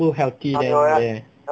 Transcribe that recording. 不 healthy then there